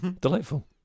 Delightful